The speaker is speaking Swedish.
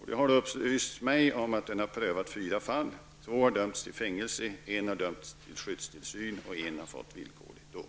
Högsta domstolen har prövat fyra fall, varav två personer har dömts till fängelse, en person till skyddstillsyn och en person har fått villkorlig dom.